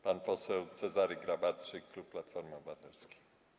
Pan poseł Cezary Grabarczyk, klub Platforma Obywatelska.